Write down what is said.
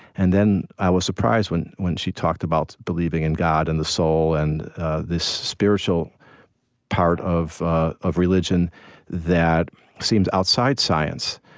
and then i was surprised when when she talked about believing in god, and the soul, and this spiritual part of ah of religion that seems outside science.